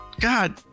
God